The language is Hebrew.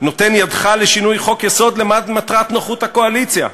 נותן ידך לשינוי חוק-יסוד למען מטרת נוחות הקואליציה?